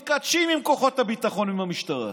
עוד מתכתשים עם כוחות הביטחון ועם המשטרה